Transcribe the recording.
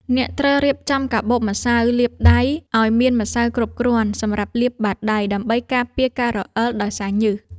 អ្នកត្រូវរៀបចំកាបូបម្សៅលាបដៃឱ្យមានម្សៅគ្រប់គ្រាន់សម្រាប់លាបបាតដៃ ដើម្បីការពារការរអិលដោយសារញើស។